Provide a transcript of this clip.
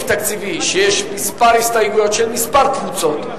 תקציבי שיש לו כמה הסתייגויות של כמה קבוצות,